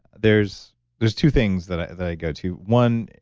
there's there's two things that i go to. one,